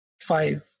five